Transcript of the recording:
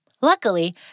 Luckily